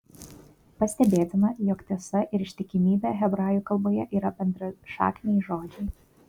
pastebėtina jog tiesa ir ištikimybė hebrajų kalboje yra bendrašakniai žodžiai